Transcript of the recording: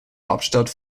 hauptstadt